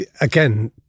again